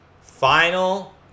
Final